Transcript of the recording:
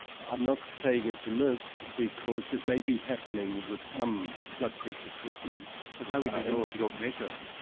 i'm not saying it's a myth because it may be happening with some blood pressure treatment. and how would you know if you don't measure?